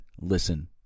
listen